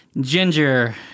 ginger